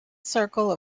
circle